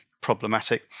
problematic